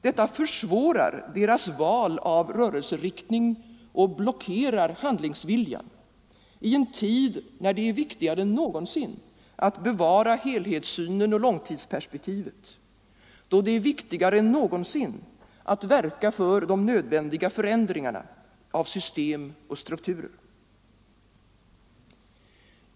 Detta försvårar deras val av rörelseriktning och blockerar handlingsviljan, i en tid då det är viktigare än någonsin att bevara helhetssynen och långtidsperspektivet, då det är viktigare än någonsin att verka för de nödvändiga förändringarna av system och strukturer.